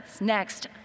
Next